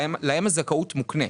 להם הזכאות מוקנית.